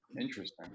Interesting